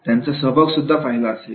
त्यांचा सहभागसुद्धा पाहिला असेल